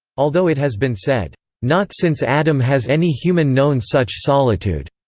although it has been said not since adam has any human known such solitude,